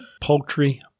Poultry